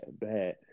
bad